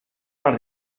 per